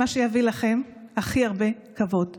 כל זה מתוקצב.